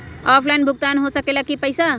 Offline भुगतान हो ला कि पईसा?